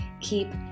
keep